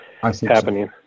happening